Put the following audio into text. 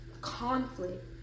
conflict